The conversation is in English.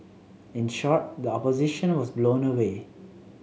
in short the Opposition was blown away